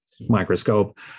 microscope